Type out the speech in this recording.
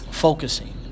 Focusing